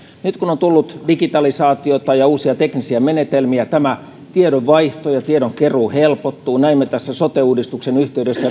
nyt kun on tullut digitalisaatiota ja uusia teknisiä menetelmiä tiedonvaihto ja tiedonkeruu helpottuvat näin me tässä sote uudistuksen yhteydessä